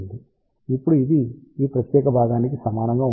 ఇప్పుడు ఇది ఈ ప్రత్యేక భాగానికి సమానంగా ఉంటుంది